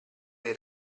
dei